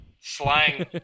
Slang